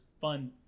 fun